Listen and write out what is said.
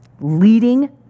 leading